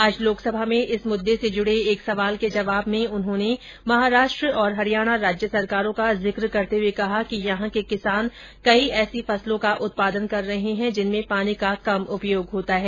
आज लोकसभा में इस मुददे से जुडे एक सवाल के जवाब में उन्होंने महाराष्ट्र और हरियाणा राज्य सरकारों का जिक करते हुए कहा कि यहां के किसान कई ऐसी फसलों का उत्पादन कर रहे है जिनमें पानी का कम उपयोग होता है